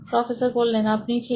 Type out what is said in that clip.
professor আপনি ঠিক